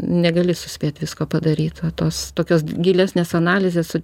negali suspėt visko padaryt o tos tokios gilesnės analizės su